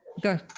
go